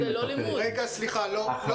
אבל זה לא לימוד, זה קייטנה.